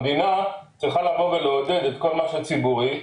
המדינה צריכה לעודד את כל מה שציבורי,